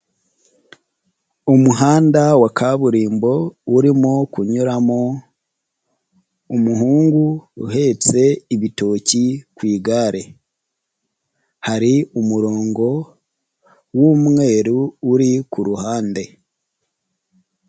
Umuhanda wa kaburimbo urimo kunyuramo umuhungu uhetse ibitoki ku igare, hari umurongo w'umweru uri kuruhande.